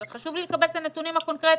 חשוב לי לקבל את הנתונים הקונקרטיים.